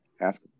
ask